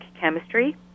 chemistry